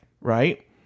right